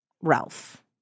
Ralph